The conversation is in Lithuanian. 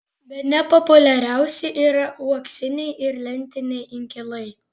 bene populiariausi yra uoksiniai ir lentiniai inkilai